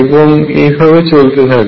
এবং এইভাবে চলতে থাকে